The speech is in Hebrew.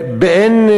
באין,